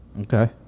Okay